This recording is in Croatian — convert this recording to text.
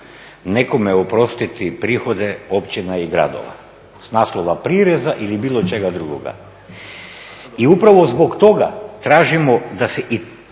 nekome oprostiti prihode općina i gradova s naslova prireza ili bilo čega drugoga. I upravo zbog toga tražimo da se u